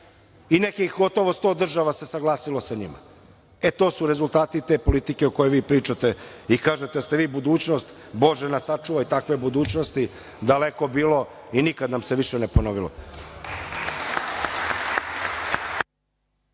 i nekih gotovo 100 država se saglasilo sa njima. To su rezultati te politike o kojoj vi pričate i kažete da ste vi budućnost. Bože nas sačuvaj takve budućnosti. Daleko bilo i nikada nam se više ne ponovilo.